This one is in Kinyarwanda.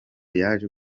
yaje